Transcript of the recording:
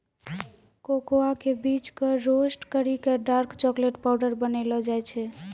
cocoa के बीज कॅ रोस्ट करी क डार्क चाकलेट पाउडर बनैलो जाय छै